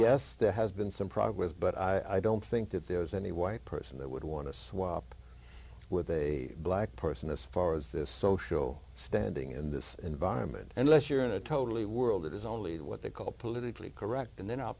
yes there has been some progress but i don't think that there is any white person that would want to swap with a black person as far as this social standing in this environment unless you're in a totally world that is only what they call politically correct and then i'll